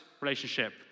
relationship